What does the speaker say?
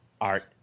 art